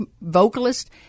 vocalist